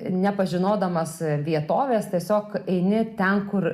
nepažinodamas vietovės tiesiog eini ten kur